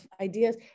ideas